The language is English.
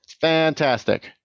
fantastic